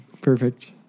Perfect